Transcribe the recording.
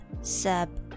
sub